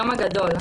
היום הגדול,